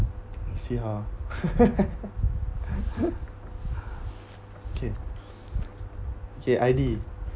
see ha okay okay I_D